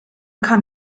kann